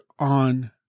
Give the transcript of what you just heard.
On